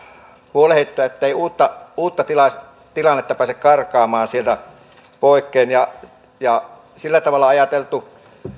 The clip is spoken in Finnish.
huolehdittua ettei uutta uutta tilannetta tilannetta pääse karkaamaan sieltä poikkeen sillä tavalla on ajateltu